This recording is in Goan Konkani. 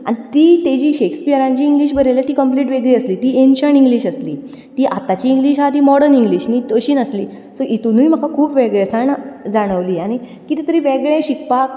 आनी ती तेजी शॅक्सपियरांची इंग्लीश बरयल्या ती कंप्लीट वेगळी आसली ती एन्शंट इंग्लीश आसली ती आतांची इंग्लीश हा ती मॉडर्न इंग्लीश ती तशी नासली सो हितुनूय म्हाका खूब वेगळेसाण जाणवली आनी कितें तरी वेगळें शिकपाक